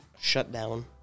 shutdown